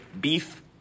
beef